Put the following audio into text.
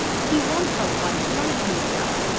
he wants a wife like himself.